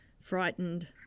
frightened